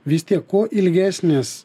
vis tiek kuo ilgesnės